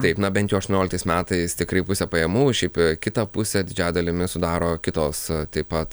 taip na bent jau aštuonioliktais metais tikrai pusę pajamų o šiaip kitą pusę didžiąja dalimi sudaro kitos taip pat